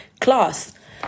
class